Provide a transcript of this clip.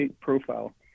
profile